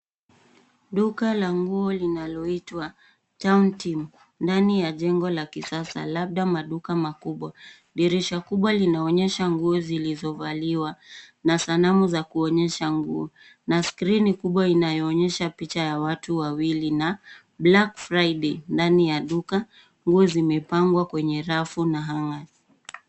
Duka la nguo linaloitwa Town Team ndani ya jengo la kisasa labda maduka makubwa. Dirisha kubwa linaonyesha nguo zilizovaliwa na sanamu za kuonyesha nguo na skrini kubwa inayoonyesha picha ya watu wawili na black friday ndani ya duka nguo zimepangwa kwenye rafu na hangers .